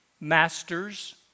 Master's